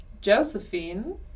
josephine